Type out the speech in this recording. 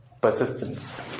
persistence